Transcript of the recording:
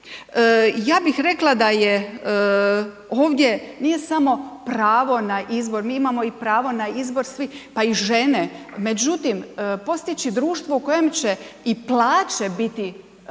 Ja bih rekla da je ovdje nije samo pravo na izbor, mi imamo i pravo na izbor svi, pa i žene. Međutim, postići društvo u kojem će i plaće biti